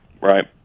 Right